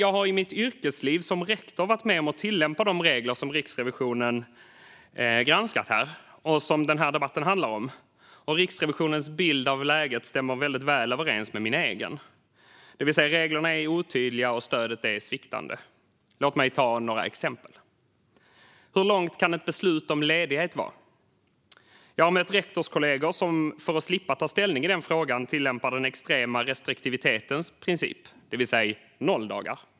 Jag har i mitt yrkesliv som rektor varit med om att tillämpa de regler som Riksrevisionen har granskat och som debatten handlar om. Riksrevisionens bild av läget stämmer väldigt väl överens med min egen, nämligen att reglerna är otydliga och stödet sviktande. Låt mig ta några exempel. Hur lång ledighet kan man ta beslut om? Jag har mött rektorskollegor som, för att slippa ta ställning i den frågan, tillämpar den extrema restriktivitetens princip. Då är svaret noll dagar.